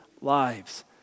lives